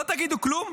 לא תגידו כלום?